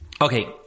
okay